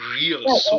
real